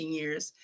years